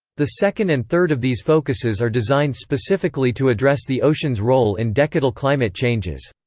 the second and third of these focuses are designed specifically to address the ocean's role in decadal climate changes.